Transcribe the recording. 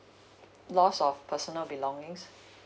lost of personal belongings